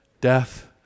death